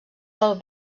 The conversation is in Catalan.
del